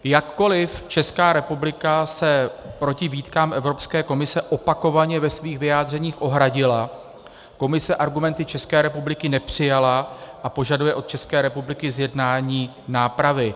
Jakkoliv Česká republika se proti výtkám Evropské komise opakovaně ve svých vyjádřeních ohradila, Komise argumenty České republiky nepřijala a požaduje od České republiky zjednání nápravy.